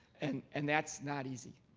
and and that's not easy.